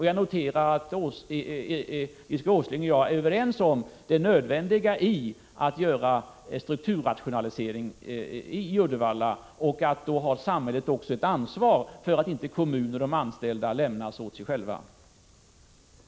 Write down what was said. Jag noterar att Nils G. Åsling och jag är överens om nödvändigheten av en strukturrationalisering i Uddevalla och om att samhället då också har ett ansvar för att kommunerna och de anställda inte lämnas att själva lösa problemen.